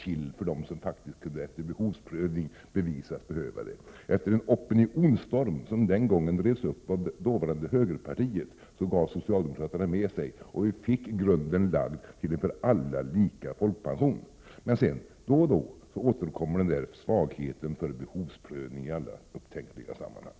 till för dem som efter behovsprövning kunde bevisa att de behövde det. Efter en opinionsstorm, som revs upp av dåvarande högerpartiet, gav socialdemokraterna med sig, och grunden lades till en för alla lika folkpension. Men då och då återkommer den där svagheten för behovsprövning i alla upptänkliga sammanhang.